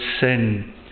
sin